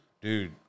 Dude